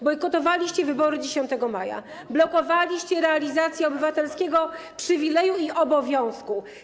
Bojkotowaliście wybory 10 maja, blokowaliście realizację obywatelskiego przywileju i obowiązku.